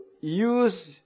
use